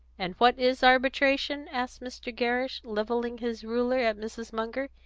and what is arbitration? asked mr. gerrish, levelling his ruler at mrs. munger.